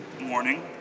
Morning